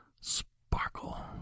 sparkle